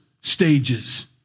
stages